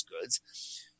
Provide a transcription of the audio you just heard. goods